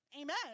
amen